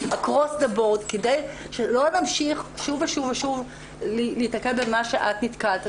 אקרוס דה בורד כדי שלא נמשיך שוב ושוב להיתקל במה שאת נתקלת.